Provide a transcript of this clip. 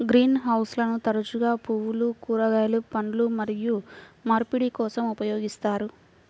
green హౌస్లను తరచుగా పువ్వులు, కూరగాయలు, పండ్లు మరియు మార్పిడి కోసం ఉపయోగిస్తారు